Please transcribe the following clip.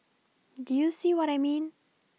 do you see what I mean